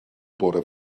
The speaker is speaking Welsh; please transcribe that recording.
bore